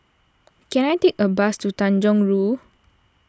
can I take a bus to Tanjong Rhu